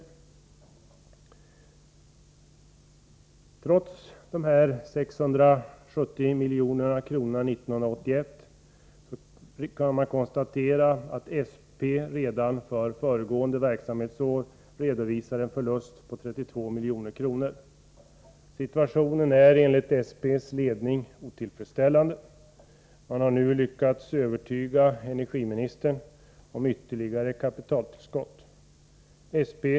Man kan konstatera att SP trots dessa 670 milj.kr. i kapitaltillskott 1981 redan för föregående verksamhetsår redovisade en förlust på 32 milj.kr. Situationen är enligt SP:s ledning otillfredsställande, och man har nu lyckats övertyga energiministern om att ytterligare kapitaltillskott är nödvändigt.